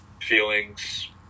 feelings